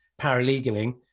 paralegaling